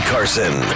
Carson